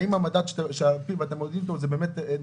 והאם המדד שעל פיו אתם מודדים ,הוא באמת נכון,